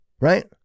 Right